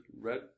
red